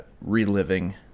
reliving